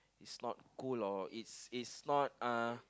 it's not cool or it's it's not uh